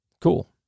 Cool